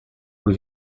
por